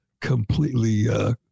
completely